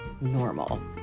normal